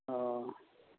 ᱚ